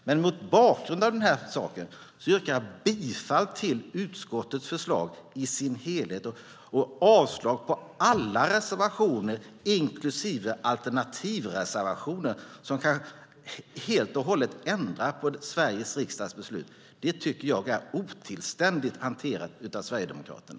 Men mot bakgrund av den här saken yrkar jag bifall till utskottets förslag i sin helhet och avslag på alla reservationer, inklusive alternativreservationen som helt och hållet kan ändra på Sveriges riksdags beslut. Det tycker jag är otillständigt hanterat av Sverigedemokraterna!